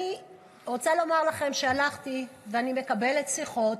אני רוצה לומר לכם שהלכתי ואני מקבלת שיחות.